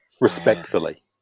respectfully